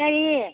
சரி